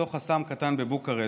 בתוך אסם קטן בבוקרשט,